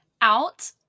out